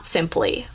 Simply